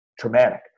traumatic